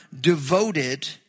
devoted